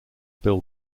bill